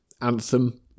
anthem